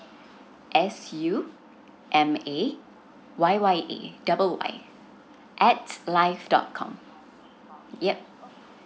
S U M A Y Y A double Y at life dot com yup